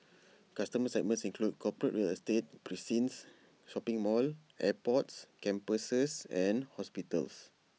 customer segments include corporate real estate precincts shopping malls airports campuses and hospitals